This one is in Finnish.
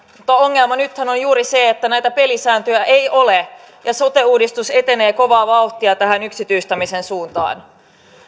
mutta ongelma nythän on juuri se että näitä pelisääntöjä ei ole ja sote uudistus etenee kovaa vauhtia tähän yksityistämisen suuntaan